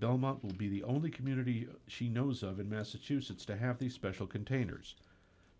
belmont will be the only community she knows of in massachusetts to have these special containers